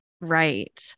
Right